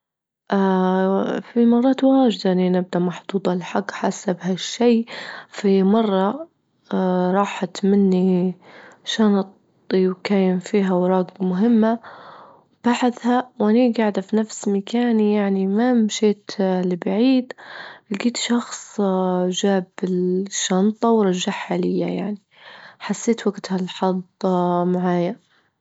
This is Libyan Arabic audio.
في مرات واجدة إني نبدأ محظوظة، الحج حاسة بهالشي في مرة راحت مني شنطتي، وكان فيها أوراج مهمة، بعدها وأني جاعدة في نفس مكاني يعني ما مشيت لبعيد لجيت شخص جاب الشنطة ورجعها ليا يعني، حسيت وجتها الحظ معايا.